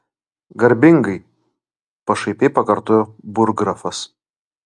garbingai pašaipiai pakartojo burggrafas